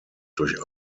durch